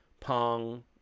Pong